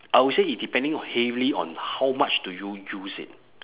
I will say it depending heavily on how much do you use it